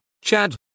Chad